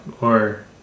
or-